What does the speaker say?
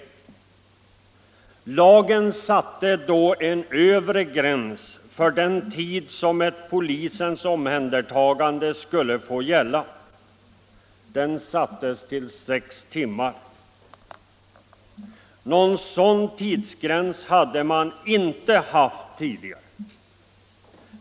I lagen sattes då en övre gräns för den tid som ett polisens omhändertagande skulle få gälla. Gränsen sattes vid sex timmar. Någon sådan tidsgräns hade man inte haft förut.